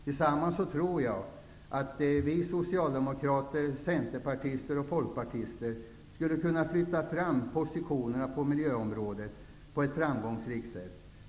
Jag tror att vi socialdemokrater, centerpartister och folkpartister tillsammmans skulle kunna flytta fram positionerna på miljöområdet på ett framgångsrikt sätt.